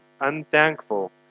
unthankful